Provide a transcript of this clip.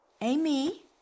Amy